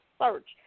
search